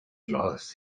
loss